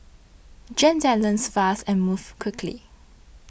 Gen Z learns fast and moves quickly